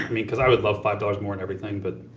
mean, cause i would love five dollars more and everything, but